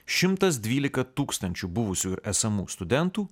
šimtas dvylika tūkstančių buvusių ir esamų studentų